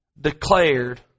declared